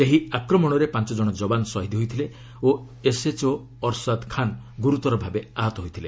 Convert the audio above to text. ସେହି ଆକ୍ରମଣରେ ପାଞ୍ଚ ଜଣ ଯବାନ୍ ଶହୀଦ୍ ହୋଇଥିଲେ ଓ ଏସ୍ଏଚ୍ଓ ଅର୍ଶାଦ୍ ଖାନ୍ ଗୁରୁତର ଭାବେ ଆହତ ହୋଇଥିଲେ